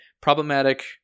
problematic